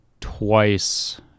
twice